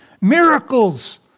Miracles